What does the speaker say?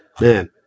Man